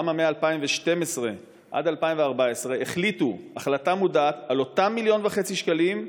למה מ-2012 עד 2014 החליטו החלטה מודעת שעל אותם 1.5 מיליון שקלים,